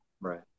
Right